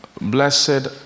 Blessed